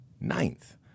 Ninth